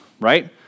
right